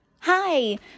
Hi